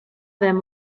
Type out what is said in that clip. them